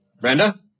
Brenda